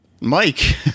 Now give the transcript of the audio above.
Mike